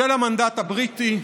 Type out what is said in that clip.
של המנדט הבריטי.